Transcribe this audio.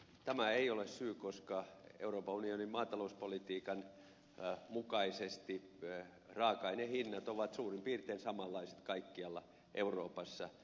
tämä ei ole se syy koska euroopan unionin maatalouspolitiikan mukaisesti raaka aineiden hinnat ovat suurin piirtein samanlaiset kaikkialla euroopassa